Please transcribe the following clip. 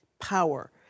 power